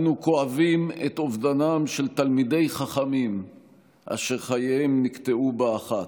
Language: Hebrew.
אנו כואבים את אובדנם של תלמידי חכמים אשר חייהם נקטעו באחת.